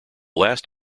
last